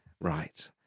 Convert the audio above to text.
Right